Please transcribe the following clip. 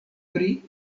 pri